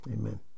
amen